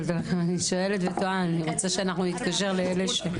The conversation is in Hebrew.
נמצאת פה.